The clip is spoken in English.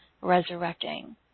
resurrecting